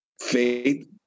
faith